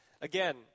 Again